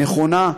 נכונה,